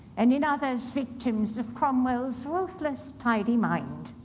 and, in others, victims of cromwell's ruthless, tidy mind.